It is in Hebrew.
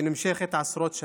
שנמשכות עשרות שנים.